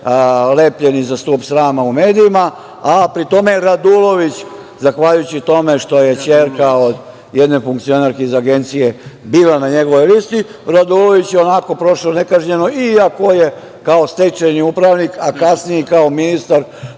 lepljeni za stub srama u medijima. Pri tome, Radulović, zahvaljujući tome što je ćerka od jedne funkcionerke iz Agencije bila na njegovoj listi, Radulović je prošao nekažnjeno iako je kao stečajni upravnik, a kasnije i kao ministar